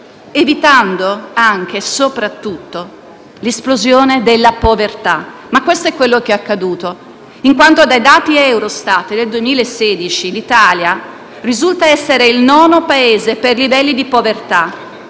evitando anche e soprattutto l'esplosione della povertà. Questo però è ciò che è accaduto in quanto, in base ai dati Eurostat del 2016, l'Italia risulta essere il nono Paese per livelli di povertà